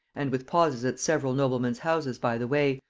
and with pauses at several noblemen's houses by the way,